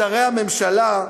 שרי הממשלה,